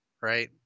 right